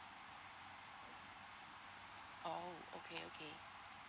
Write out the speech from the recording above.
oh okay okay